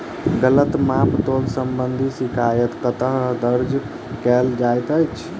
गलत माप तोल संबंधी शिकायत कतह दर्ज कैल जाइत अछि?